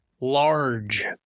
large